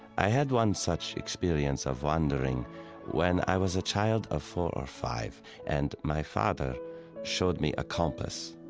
i had one such experience of wondering when i was a child of four or five and my father showed me a compass.